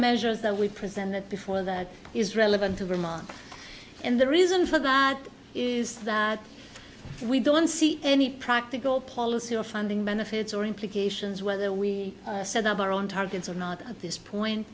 measures that we presented before that is relevant to remark and the reason for that is that we don't see any practical policy or funding benefits or implications whether we set up our own targets or not at this point